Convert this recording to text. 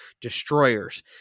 destroyers